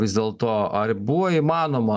vis dėlto ar buvo įmanoma